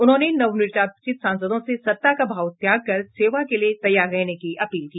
उन्होंने नवनिर्वाचित सांसदों से सत्ता का भाव त्याग कर सेवा के लिए तैयार रहने की अपील की